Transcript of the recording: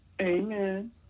Amen